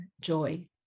joy